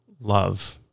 love